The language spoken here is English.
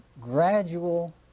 gradual